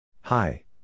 Hi